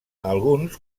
alguns